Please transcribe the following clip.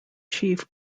chief